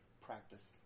Practice